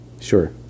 Sure